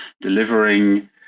delivering